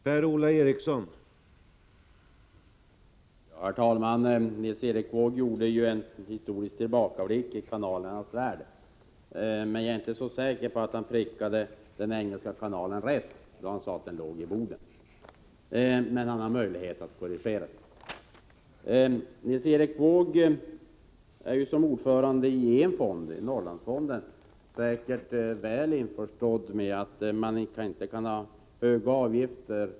Herr talman! Nils Erik Wååg gjorde en historisk tillbakablick beträffande kanalerna. Jag är emellertid inte så säker på att han prickade rätt när det gäller Engelska kanalen, eftersom han sade att den ligger i Boden. Men han har ju möjlighet att korrigera. Nils Erik Wååg är ju som ordförande i en fond, Norrlandsfonden, säkert på det klara med att man inte kan ha höga avgifter.